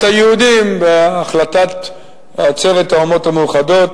היהודים בהחלטת עצרת האומות המאוחדות